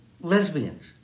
lesbians